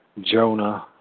Jonah